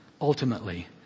ultimately